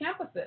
campuses